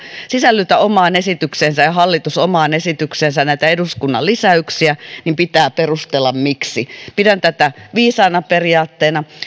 sisällytä omaan esitykseensä ja hallitus omaan esitykseensä näitä eduskunnan lisäyksiä niin pitää perustella miksi pidän tätä viisaana periaatteena